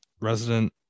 resident